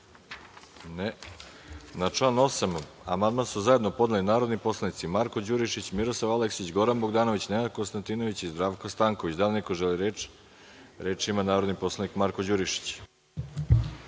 (Ne.)Na član 8. amandman su zajedno podneli narodni poslanici Marko Đurišić, Miroslav Aleksić, Goran Bogdanović, Nenad Konstantinović i Zdravko Stanković. Da li neko želi reč? Reč ima narodni poslanik Marko Đurišić.